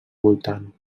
voltant